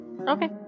Okay